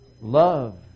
Love